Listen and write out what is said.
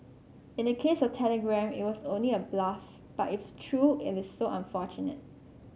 in the case of Telegram it was only a bluff but if true it is so unfortunate